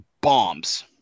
bombs